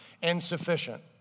insufficient